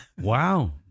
Wow